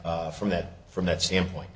from that from that standpoint